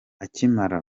akimara